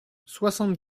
soixante